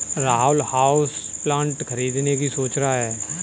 Rahul houseplant खरीदने की सोच रहा है